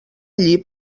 allí